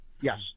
yes